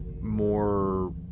more